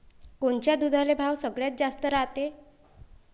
कोनच्या दुधाले भाव सगळ्यात जास्त रायते?